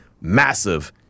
massive